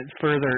further